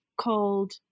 called